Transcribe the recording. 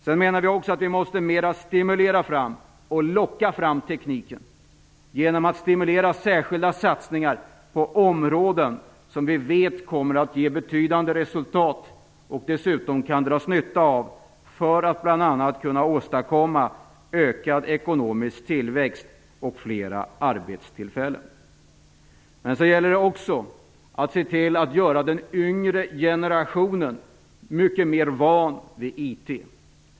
Vi menar också att vi i högre grad måste stimulera och locka fram tekniken genom att stimulera särskilda satsningar på områden som vi vet kommer att ge betydande resultat och dessutom kan dras nytta av för att bl.a. åstadkomma ökad ekonomisk tillväxt och flera arbetstillfällen. Men det gäller också att göra den yngre generationen mycket mer van vid IT.